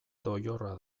doilorra